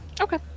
Okay